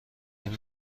این